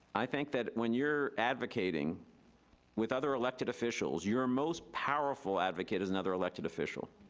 i think that when you're advocating with other elected officials, your most powerful advocate is another elected official,